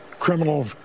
Criminal